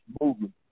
Movement